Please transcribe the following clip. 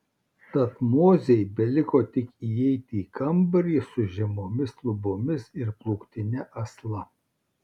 tad mozei beliko tik įeiti į kambarį su žemomis lubomis ir plūktine asla